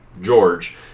George